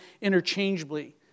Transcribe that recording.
interchangeably